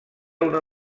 una